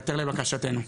ייעתר לבקשתנו.